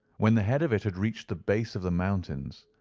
when the head of it had reached the base of the mountains,